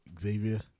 Xavier